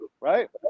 right